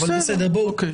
אבל בסדר, בואו נמשיך.